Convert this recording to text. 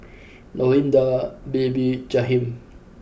Lorinda Baby Jahiem